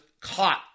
caught